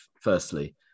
firstly